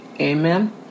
Amen